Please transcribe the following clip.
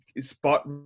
spot